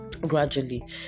Gradually